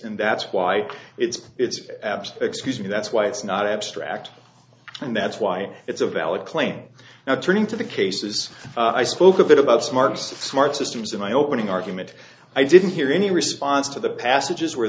and that's why it's it's absolutely excusing that's why it's not abstract and that's why it's a valid claim now turning to the cases i spoke a bit about smart smart systems in my opening argument i didn't hear any response to the passages where